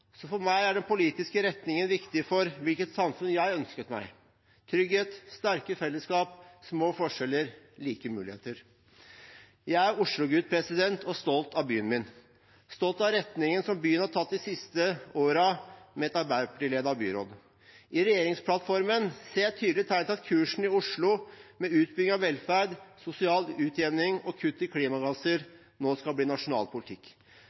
For meg er den politiske retningen viktig for hvilket samfunn jeg ønsker meg: trygghet, sterke fellesskap, små forskjeller, like muligheter. Jeg er en oslogutt og stolt av byen min. Jeg er stolt av retningen byen har tatt de siste årene, med et Arbeiderparti-ledet byråd. I regjeringsplattformen ser jeg tydelige tegn til at kursen i Oslo, med utbygging av velferd, sosial utjevning og kutt i klimagassutslipp, nå skal bli nasjonal politikk.